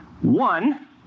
one